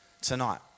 tonight